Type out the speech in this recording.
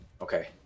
okay